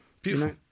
Beautiful